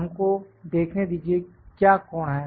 हमको देखने दीजिए क्या कोण है